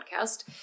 podcast